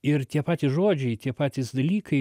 ir tie patys žodžiai tie patys dalykai